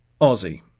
Aussie